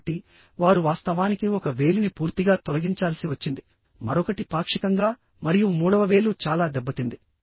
కాబట్టి వారు వాస్తవానికి ఒక వేలిని పూర్తిగా తొలగించాల్సి వచ్చింది మరొకటి పాక్షికంగా మరియు మూడవ వేలు చాలా దెబ్బతింది